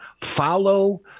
Follow